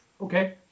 Okay